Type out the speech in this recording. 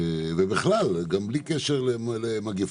ובכלל, גם בלי קשר למגפות,